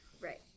Right